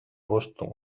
boston